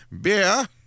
beer